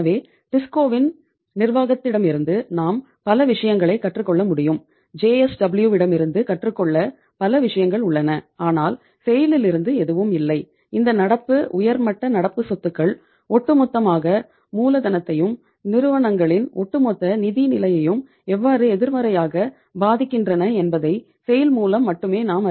எனவே டிஸ்கோவின் ஆகியவற்றின் கதையை நீங்கள் பார்த்தால் நாம் பல விஷயங்களைக் கற்றுக்கொள்ளலாம்